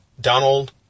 Donald